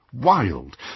wild